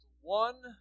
one